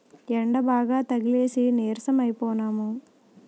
యెండబాగా తగిలేసి నీరసం అయిపోనము